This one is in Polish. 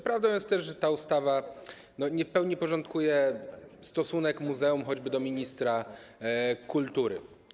Prawdą jest też, że ta ustawa nie w pełni określa stosunek muzeum choćby do ministra kultury.